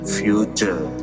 future